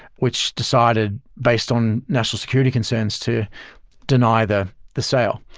which decided based on national security concerns to deny the the sale.